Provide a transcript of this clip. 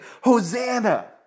Hosanna